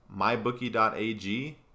mybookie.ag